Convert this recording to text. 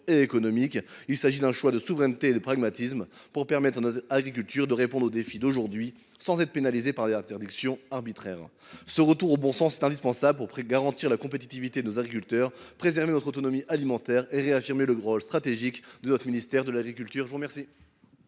et économiques. Il s’agit d’un choix de souveraineté et de pragmatisme pour permettre à notre agriculture de répondre aux défis d’aujourd’hui sans être pénalisée par les interdictions arbitraires. Ce retour au bon sens est indispensable pour garantir la compétitivité de nos agriculteurs, préserver notre autonomie alimentaire et réaffirmer le rôle stratégique du ministère de l’agriculture.